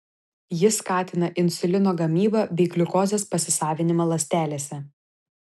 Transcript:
jis skatina insulino gamybą bei gliukozės pasisavinimą ląstelėse